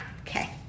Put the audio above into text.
Okay